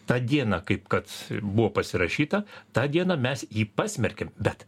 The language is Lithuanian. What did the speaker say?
tą dieną kaip kad buvo pasirašyta tą dieną mes jį pasmerkėm bet